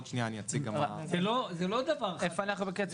זה לא דבר חדש.